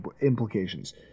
implications